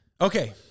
Okay